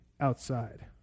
outside